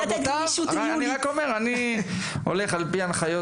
אני רק אומר שאני הולך לפי הרבנות